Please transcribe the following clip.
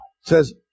says